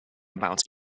about